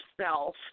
self